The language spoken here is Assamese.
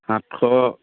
সাতশ